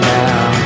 now